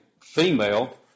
female